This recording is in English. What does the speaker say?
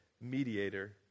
mediator